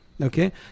Okay